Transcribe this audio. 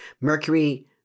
Mercury